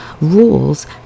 rules